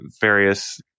Various